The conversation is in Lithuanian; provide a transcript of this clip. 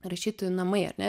rašytojų namai ar ne